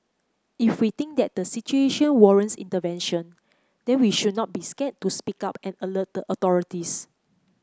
if we think that the situation warrants intervention then we should not be scared to speak up and alert the authorities